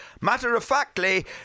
matter-of-factly